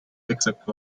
except